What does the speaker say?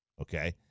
okay